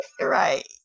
right